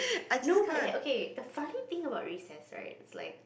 no but like okay the funny thing about recess right is like